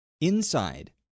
Inside